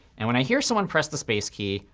and when i hear someone press the space key,